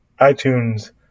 iTunes